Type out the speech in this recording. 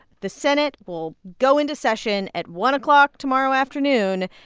the senate will go into session at one o'clock tomorrow afternoon.